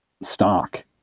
stock